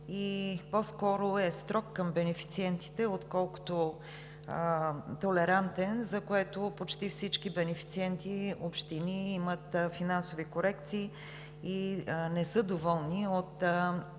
по-скоро е строг към бенефициентите, отколкото толерантен, за което почти всички бенефициенти общини имат финансови корекции и не са доволни от